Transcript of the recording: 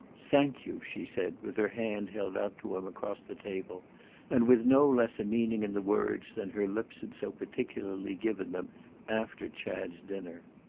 thank you! she said with her hand held out to him across the table and with no less a meaning in the words than her lips had so particularly given them after chad's dinner.